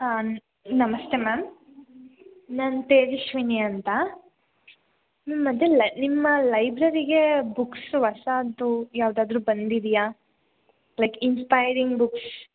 ಹಾಂ ನಮಸ್ತೆ ಮ್ಯಮ್ ನಾನು ತೇಜಸ್ವಿನಿ ಅಂತ ಹ್ಞೂ ಮತ್ತು ಲೈ ನಿಮ್ಮ ಲೈಬ್ರೆರಿಗೇ ಬುಕ್ಸ್ ಹೊಸಾದು ಯಾವುದಾದ್ರು ಬಂದಿದ್ಯಾ ಲೈಕ್ ಇನ್ಸ್ಪಯರಿಂಗ್ ಬುಕ್ಸ್